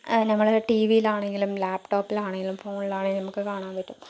നമ്മള് ടിവിയിലാണെങ്കിലും ലാപ്ടോപ്പിലാണെങ്കിലും ഫോണിലാണെങ്കിലും നമുക്ക് കാണാൻ പറ്റും